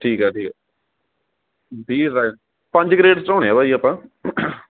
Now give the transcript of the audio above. ਠੀਕ ਹੈ ਠੀਕ ਹੈ ਵੀਹ ਪੰਜ ਕਰੇਟ ਚੜਾਉਣੇ ਭਾਅ ਜੀ ਆਪਾ